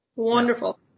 Wonderful